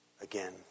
again